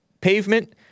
pavement